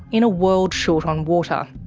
in a world short on water.